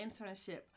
internship